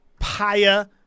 Paya